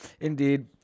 Indeed